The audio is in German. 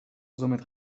somit